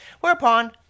Whereupon